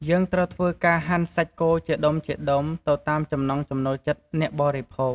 យើងត្រូវធ្វើការហាន់សាច់គោជាដុំៗទៅតាមចំណង់ចំណូលចិត្ត អ្នកបរិភោគ។